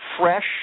fresh